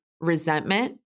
resentment